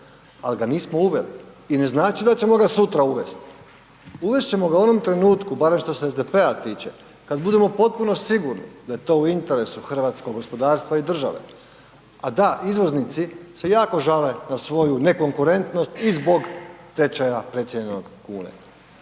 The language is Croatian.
ali ga nismo uveli. I ne znači da ćemo ga sutra uvest. Uvest ćemo ga u onom trenutku barem što se SDP-a tiče, kad budemo u potpunosti sigurni da je to u interesu hrvatskog gospodarstva i države. A da, izvoznici se jako žale na svoju nekonkurentnost i zbog tečaja .../Govornik